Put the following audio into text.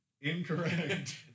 Incorrect